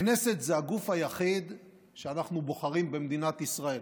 הכנסת היא הגוף היחיד שאנחנו בוחרים במדינת ישראל.